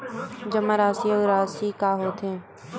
जमा राशि अउ राशि का होथे?